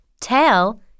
tail